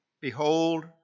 Behold